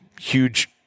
huge